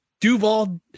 Duval